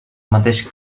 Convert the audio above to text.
mateix